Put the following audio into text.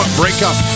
breakup